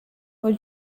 for